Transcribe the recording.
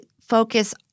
focus